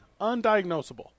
undiagnosable